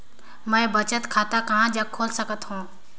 मैं बचत खाता कहां जग खोल सकत हों?